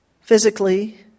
physically